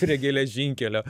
prie geležinkelio